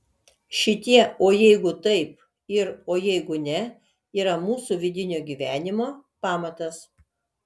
šitie o jeigu taip ir o jeigu ne yra mūsų vidinio gyvenimo pamatas